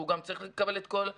הוא רוצה לבלות,